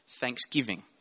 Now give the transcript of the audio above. thanksgiving